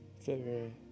February